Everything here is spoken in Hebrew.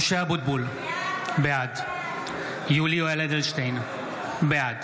משה אבוטבול, בעד יולי יואל אדלשטיין, בעד